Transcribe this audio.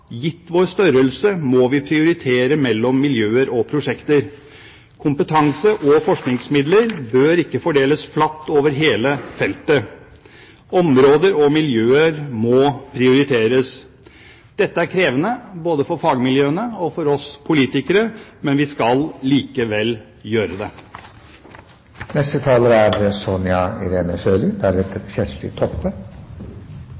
Gitt vår størrelse må vi prioritere mellom miljøer og prosjekter. Kompetanse og forskningsmidler bør ikke fordeles flatt over hele feltet. Områder og miljøer må prioriteres. Dette er krevende både for fagmiljøene og for oss politikere. Vi skal likevel gjøre det. Kreft er